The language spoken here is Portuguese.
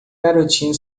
garotinho